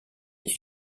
est